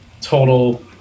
total